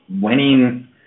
winning